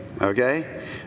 Okay